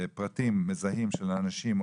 פרטים מזהים של האנשים,